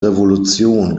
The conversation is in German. revolution